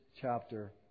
chapter